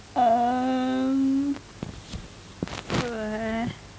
um